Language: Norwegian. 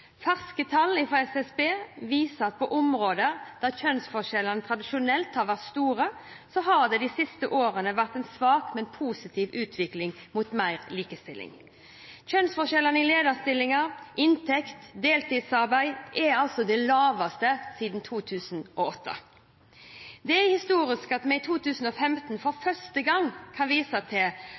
Ferske tall fra SSB viser at på områder der kjønnsforskjellene tradisjonelt har vært store, har det de siste årene vært en svak, men positiv utvikling mot mer likestilling. Kjønnsforskjellene i lederstillinger, inntekt og deltidsarbeid er de laveste siden 2008. Det er historisk at vi i 2015 for første gang kan vise til